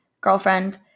girlfriend